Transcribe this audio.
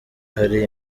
hari